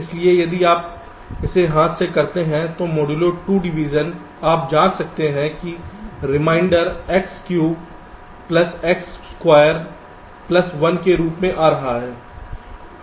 इसलिए यदि आप इसे हाथ से करते हैं तो मोडुलो 2 डिवीजन आप जांच सकते हैं कि remainder X cube plus X square plus 1 के रूप में आ रहा है